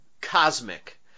cosmic